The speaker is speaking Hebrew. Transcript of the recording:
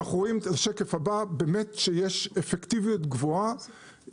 אנחנו רואים שיש אפקטיביות גבוהה